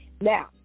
Now